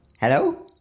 Hello